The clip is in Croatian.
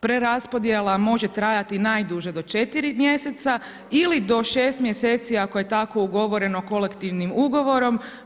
Preraspodjela može trajati najduže do četiri mjeseca ili do šest mjeseci ako je tako ugovoreno kolektivnim ugovorom.